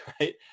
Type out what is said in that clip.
right